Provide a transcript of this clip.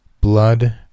Blood